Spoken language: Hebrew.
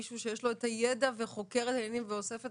מישהו שיש לו את הידע וחוקר ואוסף את